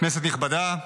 כנסת נכבדה,